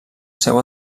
seu